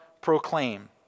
proclaim